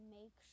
make